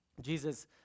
Jesus